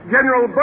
General